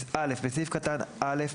בסעיף קטן (א),